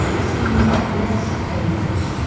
seemed less painful,